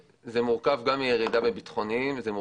מורכב גם מירידה באסירים הביטחוניים וגם